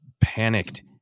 panicked